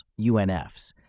UNFs